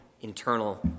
internal